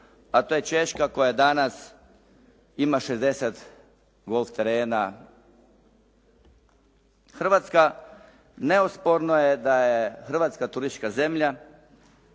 a to je Češka koja danas ima 60 golf terena. Hrvatska, neosporno je da je Hrvatska turistička zemlja